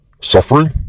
suffering